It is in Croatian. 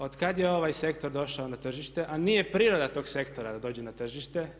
Otkad je ovaj sektor došao na tržište a nije priroda tog sektora da dođe na tržište.